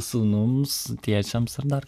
sūnums tėčiams ar dar